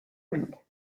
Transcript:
drink